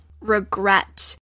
regret